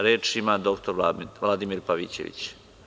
Reč ima dr Vladimir Pavićević.